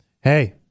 Hey